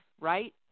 right